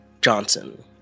Johnson